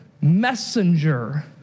messenger